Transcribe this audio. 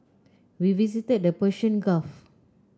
we visited the Persian Gulf